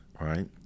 right